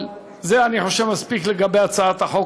אבל זה, אני חושב, מספיק לגבי הצעת החוק.